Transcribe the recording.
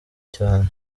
cyane